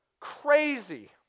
Crazy